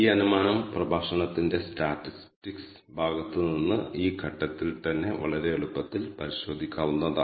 നമുക്ക് ഇപ്പോൾ trip details എന്ന ഡേറ്റ ഫ്രെയിമിന്റെ സമ്മറി നോക്കാം